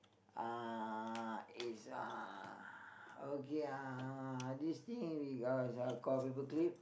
uh it's uh okay uh this thing call paper clip